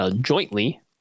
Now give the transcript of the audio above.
jointly